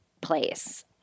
place